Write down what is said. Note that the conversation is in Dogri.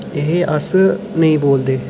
एह् अस नेईं बोलदे